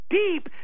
deep